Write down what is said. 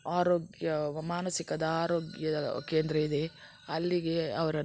ಆರೋಗ್ಯ ಮಾನಸಿಕದ ಆರೋಗ್ಯದ ಕೇಂದ್ರ ಇದೆ ಅಲ್ಲಿಗೆ ಅವರನ್ನು